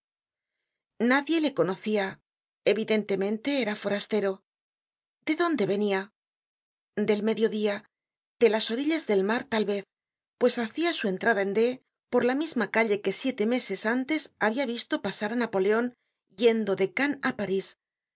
nadie le conocia evidentemente era forastero de dónde venia del mediodía de las orillas del mar tal vez pues hacia su entrada en d por la misma calle que siete meses antes habia visto pasar á napoleon yendo de cannes á parís